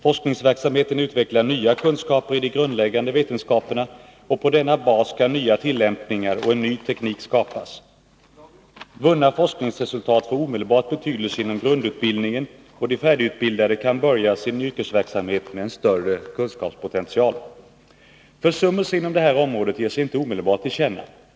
Forskningsverksamheten utvecklar nya kunskaper i de grundläggande vetenskaperna, och på denna bas kan nya tillämpningar och en ny teknik skapas. Vunna forskningsresultat får omedelbar betydelse inom grundutbildningen, och de färdigutbildade kan börja sin yrkesverksamhet med en större kunskapspotential. Försummelser inom detta område ger sig inte omedelbart till känna.